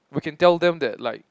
we can tell them that like